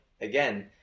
again